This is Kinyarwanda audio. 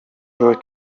akiriho